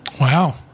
Wow